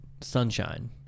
Sunshine